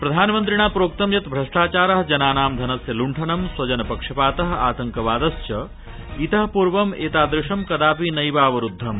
प्रधानमन्त्रिणा प्रोक्तं यत् भ्रष्टाचार जनानां धनस्य ल्ण्ठनम् स्वजनपक्षपात आतंकवादश्च इत पूर्वम् एतादृशं कदापि नैवावरूद्धम्